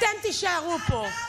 אתם תישארו פה.